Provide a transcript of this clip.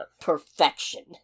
perfection